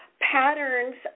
patterns